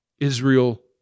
Israel